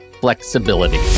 Flexibility